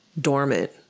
dormant